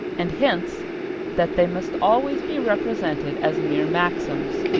and hence that they must always be represented as mere maxims,